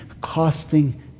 costing